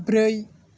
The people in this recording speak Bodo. ब्रै